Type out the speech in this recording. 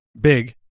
big